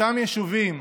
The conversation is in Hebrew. אותם יישובים,